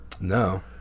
No